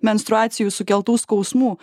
menstruacijų sukeltų skausmų